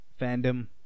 fandom